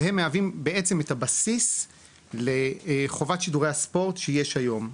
שהם מהווים בעצם את הבסיס לחובת שידורי הספורט שיש היום,